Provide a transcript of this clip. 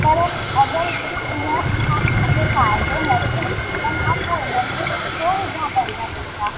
त अगरि इन मां मूंखे फ़ाइदो न थिए त मां पोइ इनमें ई छो विझा पंहिंजा पैसा